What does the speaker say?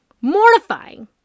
mortifying